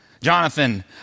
Jonathan